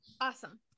Awesome